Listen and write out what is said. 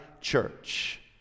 church